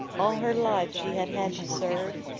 all her life she had had to serve,